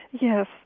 Yes